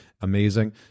amazing